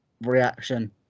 reaction